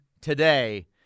today